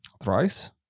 Thrice